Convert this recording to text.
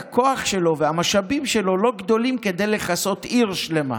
הכוח שלו והמשאבים שלו לא גדולים כדי לכסות עיר שלמה,